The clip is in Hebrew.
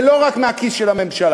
זה לא רק מהכיס של הממשלה.